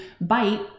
bite